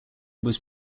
was